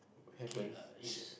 happens sh~